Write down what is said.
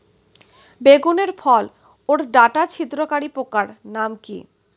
বেগুনের ফল ওর ডাটা ছিদ্রকারী পোকার নাম কি?